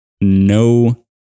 no